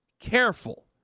careful